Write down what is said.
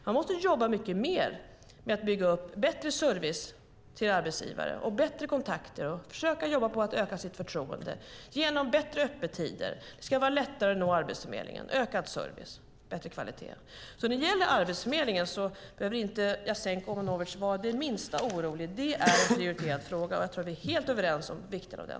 Man måste jobba mycket mer med att bygga upp bättre service till arbetsgivare, bättre kontakter och försöka att jobba med att öka sitt förtroende genom bättre öppettider. Det ska vara lättare att nå Arbetsförmedlingen med ökad service och bättre kvalitet. När det gäller Arbetsförmedlingen behöver inte Jasenko Omanovic vara det minsta orolig. Det är en prioriterad fråga. Jag tror att vi är helt överens om vikten av den.